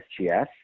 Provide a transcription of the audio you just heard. SGS